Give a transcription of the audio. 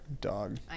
dog